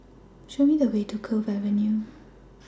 Show Me The Way to Cove Avenue